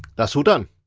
that's all done.